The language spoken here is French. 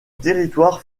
territoire